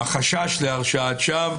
החשש להרשעת שווא.